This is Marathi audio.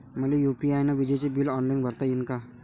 मले यू.पी.आय न विजेचे बिल ऑनलाईन भरता येईन का?